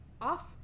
off